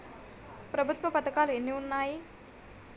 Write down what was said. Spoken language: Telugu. ప్రభుత్వ పథకాలు ఎన్ని ఉన్నాయి?